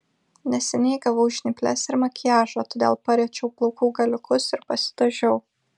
neseniai gavau žnyples ir makiažo todėl pariečiau plaukų galiukus ir pasidažiau